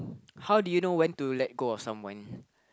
how do you know when to let go of someone